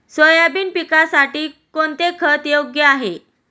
Soybean पिकासाठी कोणते खत योग्य आहे?